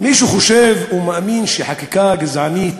מי שחושב ומאמין שחקיקה גזענית